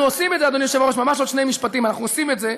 אנחנו עושים את זה,